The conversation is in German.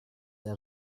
der